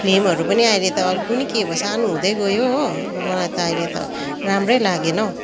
फ्लेमहरू पनि अहिले त कोनि के भो सानो हुँदै गयो हो मलाई त अहिले त राम्रै लागेन हौ